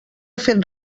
fet